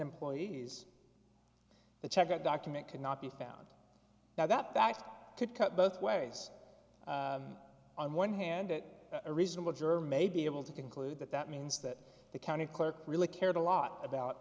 employees the check out document cannot be found now that that could cut both ways on one hand it a reasonable juror may be able to conclude that that means that the county clerk really cared a lot about